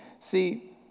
See